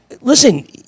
listen